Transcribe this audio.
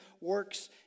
works